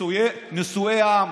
נשואי העם,